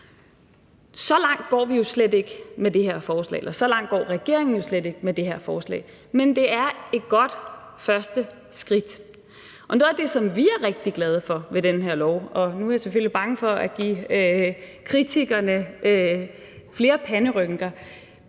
Så langt går vi jo slet ikke med det her forslag – eller så langt går regeringen jo slet ikke med det her forslag. Men det er et godt første skridt. Og noget af det, som vi er rigtig glade for ved den her lov – og nu er jeg selvfølgelig bange for at give kritikerne flere panderynker